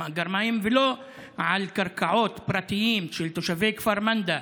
מאגר מים ולא על קרקעות פרטיות של תושבי כפר מנדא,